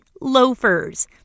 loafers